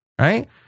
right